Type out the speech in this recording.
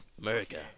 America